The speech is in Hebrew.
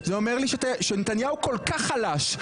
זה אומר לי שנתניהו כל כך חלש,